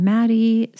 Maddie